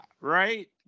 right